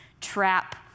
trap